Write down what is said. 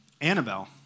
Annabelle